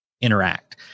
interact